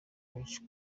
benshi